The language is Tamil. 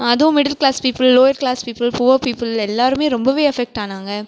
அதுவும் middle class people lower class people poor people எல்லாேருமே ரொம்பவே எஃபெக்ட் ஆனாங்க